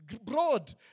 Broad